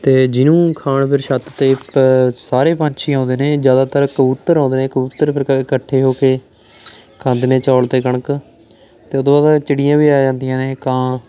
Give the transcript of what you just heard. ਅਤੇ ਜਿਹਨੂੰ ਖਾਣ ਫਿਰ ਛੱਤ 'ਤੇ ਪ ਸਾਰੇ ਪੰਛੀ ਆਉਂਦੇ ਨੇ ਜ਼ਿਆਦਾਤਰ ਕਬੂਤਰ ਆਉਂਦੇ ਨੇ ਕਬੂਤਰ ਫਿਰ ਕ ਇਕੱਠੇ ਹੋ ਕੇ ਖਾਂਦੇ ਨੇ ਚੌਲ ਅਤੇ ਕਣਕ ਅਤੇ ਉਤੋਂ ਬਾਅਦ ਚਿੜੀਆਂ ਵੀ ਆ ਜਾਂਦੀਆਂ ਨੇ ਕਾਂ